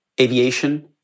aviation